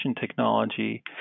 technology